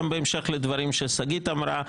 גם בה משך לדברים ששגית אמרה,